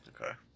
Okay